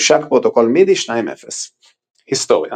הושק פרוטוקול MIDI 2.0. היסטוריה